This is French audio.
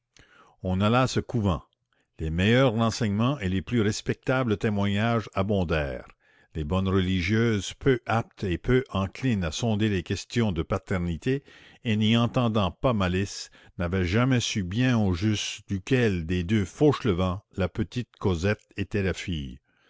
on alla à ce couvent les meilleurs renseignements et les plus respectables témoignages abondèrent les bonnes religieuses peu aptes et peu enclines à sonder les questions de paternité et n'y entendant pas malice n'avaient jamais su bien au juste duquel des deux fauchelevent la petite cosette était la fille